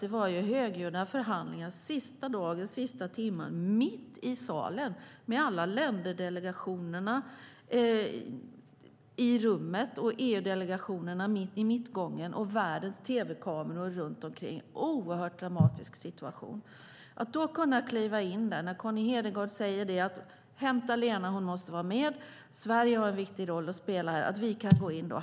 Det var högljudda förhandlingar till och med den sista dagen, den sista timmen, med alla länderdelegationer i rummet, EU-delegationerna i mittgången och världens tv-kameror runt omkring - en oerhört dramatisk situation. Connie Hedegaard sade: Hämta Lena! Hon måste vara med. Sverige har en viktig roll att spela här.